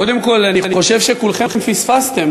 קודם כול, אני חושב שכולכם פספסתם.